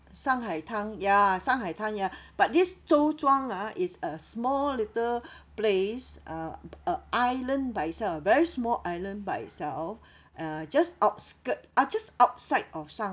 上海滩 ya shanghaitan ya but this zhouzhuang ah is a small little place uh a island by itself very small island by itself uh just outskirt ah just outside of shanghai